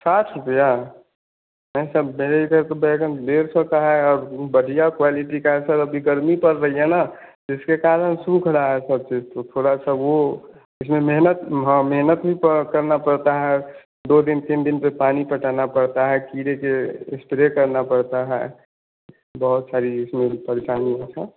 साठ रुपया सर मेरे इधर तो बैंगन डेढ़ सौ का है और बढ़िया क्वालिटी का है सर अभी गर्मी पड़ रही है ना जिसके कारण सूख रहा है सब चीज़ तो थोड़ा सा वह उसमें मेहनत हाँ मेहनत भी पड़ करना पड़ता है दो दिन तीन दिन पर पानी पटाना पड़ता है कीड़े के स्प्रे करना पड़ता है बहुत सारी इसमें परेशानी है सर